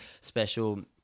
special